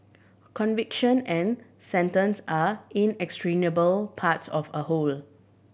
conviction and sentence are inextricable parts of a whole